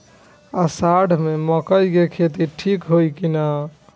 अषाढ़ मे मकई के खेती ठीक होई कि ना?